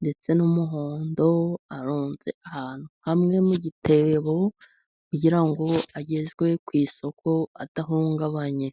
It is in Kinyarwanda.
ndetse n'umuhondo, arunze ahantu hamwe mu gitebo, kugira ngo agezwe ku isoko adahungabanye.